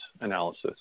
analysis